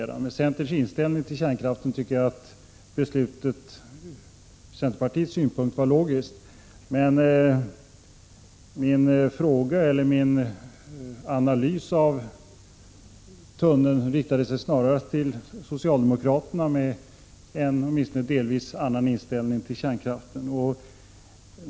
Mot bakgrund av centerpartiets inställning till kärnkraften tycker jag att dess beslut var logiskt. Min analys av tunnelalternativet var dock snarast riktad till socialdemokraterna, som åtminstone delvis har en annan uppfattning om kärnkraften.